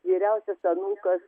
vyriausias anūkas